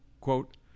quote